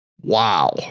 wow